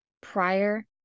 prior